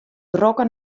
drokke